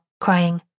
crying